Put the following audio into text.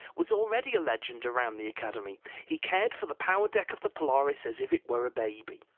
was already a legend around the academy. he cared for the power deck of the polaris as if it were a baby.